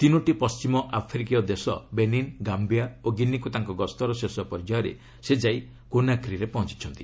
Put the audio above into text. ତିନୋଟି ପଣ୍ଢିମ ଆଫ୍ରିକୀୟ ଦେଶ ବେନିନ୍ ଗାୟିଆ ଓ ଗିନିକୁ ତାଙ୍କ ଗସ୍ତର ଶେଷ ପର୍ଯ୍ୟାୟରେ ସେ ଯାଇ କୋନାକ୍ରିରେ ପହଞ୍ଚୁଛନ୍ତି